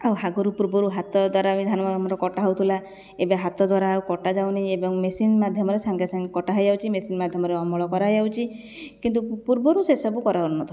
ଆଉ ଆଗରୁ ପୂର୍ବରୁ ହାତ ଦ୍ଵାରା ବି ଧାନ ଆମର କଟା ହେଉଥିଲା ଏବେ ହାତ ଦ୍ଵାରା ଆଉ କଟା ଯାଉନାହିଁ ଏବଂ ମେସିନ ମାଧ୍ୟମରେ ସାଙ୍ଗେ ସାଙ୍ଗେ କଟା ହେଇଯାଉଛି ମେସିନ ମାଧ୍ୟମରେ ଅମଳ କରା ହେଇଯାଉଛି କିନ୍ତୁ ପୂର୍ବରୁ ସେସବୁ କରା ହେଉନଥିଲା